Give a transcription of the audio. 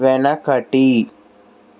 వెనకటి